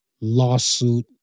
Lawsuit